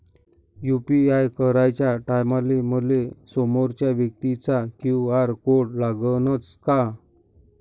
UPI कराच्या टायमाले मले समोरच्या व्यक्तीचा क्यू.आर कोड लागनच का?